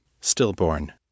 Stillborn